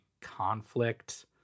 conflict